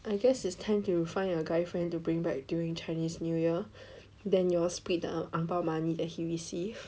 I guess is time you find a guy friend to bring back during Chinese New Year then you all split the ang bao money that he received